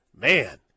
man